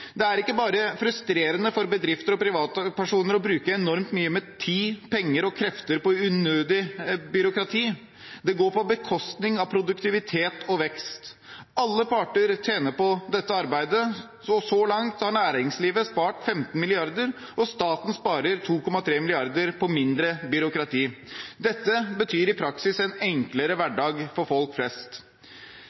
Det er ikke bare frustrerende for bedrifter og privatpersoner å bruke enormt mye tid, penger og krefter på unødig byråkrati, det går også på bekostning av produktivitet og vekst. Alle parter tjener på dette arbeidet – så langt har næringslivet spart 15 mrd. kr, og staten sparer 2,3 mrd. kr på mindre byråkrati. Dette betyr i praksis en enklere hverdag for folk flest.